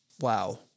wow